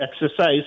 exercise